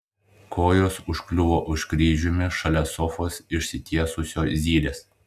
kojos užkliuvo už kryžiumi šalia sofos išsitiesusio zylės